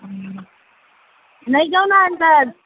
लैजाऊ न अन्त